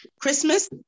Christmas